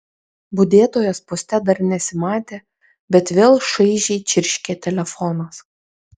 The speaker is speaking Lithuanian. budėtojos poste dar nesimatė bet vėl šaižiai čirškė telefonas